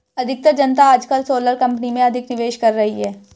अधिकतर जनता आजकल सोलर कंपनी में अधिक निवेश कर रही है